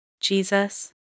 Jesus